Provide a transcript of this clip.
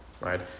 right